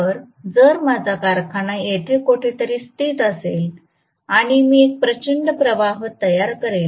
तर जर माझा कारखाना येथे कुठेतरी स्थित असेल आणि मी एक प्रचंड प्रवाह तयार करेल